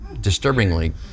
disturbingly